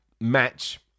match